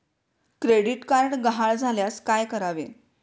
Credit card गहाळ झाल्यास काय करावे?